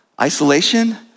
isolation